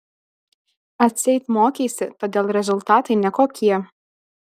atseit mokeisi todėl rezultatai nekokie